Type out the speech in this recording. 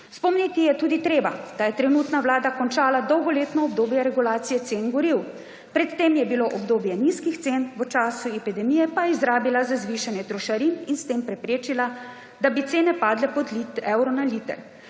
Spomniti je tudi treba, da je trenutna vlada končala dolgoletno obdobje regulacije cen goriv. Pred tem je bilo obdobje nizkih cen, čas epidemije pa je izrabila za zvišanje trošarin in s tem preprečila, da bi cene padle pod evro na liter.